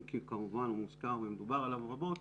אם כי כמובן הוא מוזכר ודובר עליו רבות,